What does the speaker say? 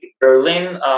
Berlin